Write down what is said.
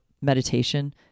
meditation